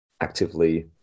actively